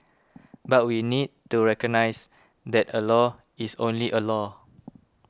but we need to recognise that a law is only a law